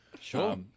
Sure